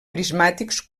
prismàtics